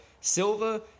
Silva